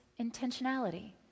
intentionality